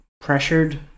pressured